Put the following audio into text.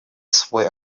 свой